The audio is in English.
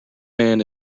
man